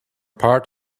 part